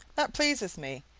that pleases me,